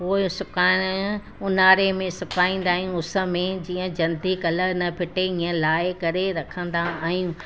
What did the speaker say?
पोइ सुकाइणु उन्हारे में सुकाईंदा आहियूं उस में जीअं जल्दी कलर न फिटे ईंअ लाहे करे रखंदा आहियूं